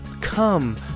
come